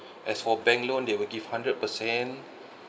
as for bank loan they will give hundred percent